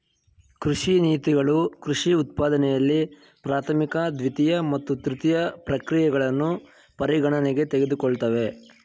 ಕೃಷಿ ನೀತಿಗಳು ಕೃಷಿ ಉತ್ಪಾದನೆಯಲ್ಲಿ ಪ್ರಾಥಮಿಕ ದ್ವಿತೀಯ ಮತ್ತು ತೃತೀಯ ಪ್ರಕ್ರಿಯೆಗಳನ್ನು ಪರಿಗಣನೆಗೆ ತೆಗೆದುಕೊಳ್ತವೆ